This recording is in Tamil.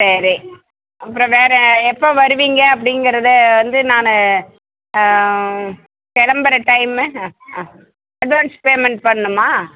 சரி அப்புறம் வேறு எப்போ வருவீங்க அப்டிங்கிறதை வந்து நான் கிளம்புற டைம்மு ஆ ஆ அட்வான்ஸ் பேமண்ட் பண்ணணுமா